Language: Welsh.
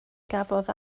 gafodd